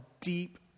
deep